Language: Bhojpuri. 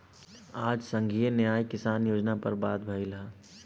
आज संघीय न्याय किसान योजना पर बात भईल ह